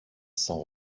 sans